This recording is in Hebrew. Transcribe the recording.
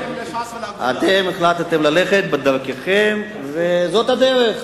אתם החלטתם ללכת בדרכם וזאת הדרך,